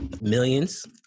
Millions